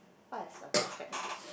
what is a perfect date